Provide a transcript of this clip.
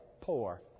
poor